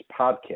podcast